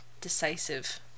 decisive